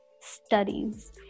studies